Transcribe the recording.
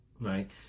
right